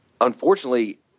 unfortunately